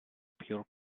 pure